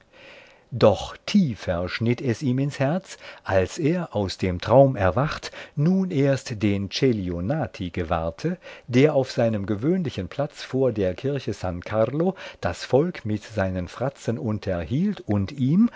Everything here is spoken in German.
doch tiefer schnitt es ihm ins herz als er aus dem traum erwacht nun erst den celionati gewahrte der auf seinem gewöhnlichen platz vor der kirche s carlo das volk mit seinen fratzen unterhielt und ihm